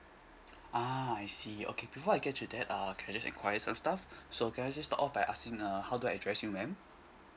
a'ah I see okay before I get to that uh can I just inquire some stuff so can I stop off by asking uh how do I address you ma'am